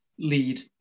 lead